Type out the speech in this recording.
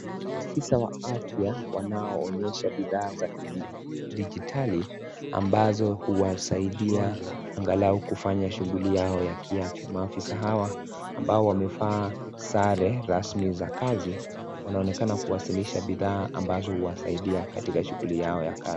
Maafisa wa afya wanaonyesha bidhaa za kidijitali ambazo huwasaidia angalau kufanya shughuli yao ya kiafya, maafisa hawa ambao wamevaa sare rasmi za kazi wanaonekana kuwasilisha bidhaa ambazo huwasaidia katika shughuli yao ya kazi.